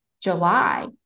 July